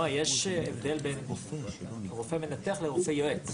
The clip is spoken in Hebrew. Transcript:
לא, יש הבדל בין רופא מנתח לרופא יועץ.